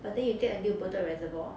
but then you take until bedok reservoir ah